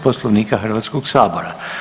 Poslovnika Hrvatskoga sabora.